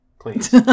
Please